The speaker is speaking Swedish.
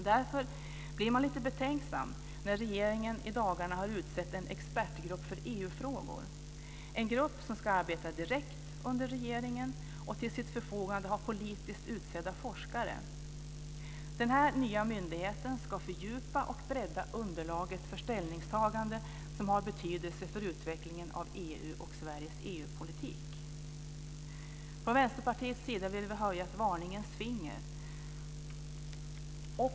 Därför blir man lite betänksam när regeringen i dagarna har utsett en expertgrupp för EU-frågor, en grupp som ska arbeta direkt under regeringen och till sitt förfogande har politiskt utsedda forskare. Den nya myndigheten ska fördjupa och bredda underlaget för ställningstaganden som har betydelse för utvecklingen av EU och Sveriges EU-politik. Från Vänsterpartiets sida vill vi höja ett varningens finger.